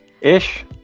ish